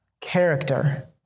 Character